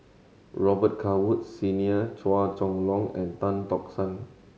Robet Carr Woods Senior Chua Chong Long and Tan Tock San